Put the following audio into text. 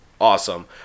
Awesome